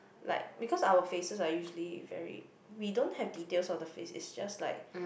like because our faces are usually very we don't have the details of the face it's just like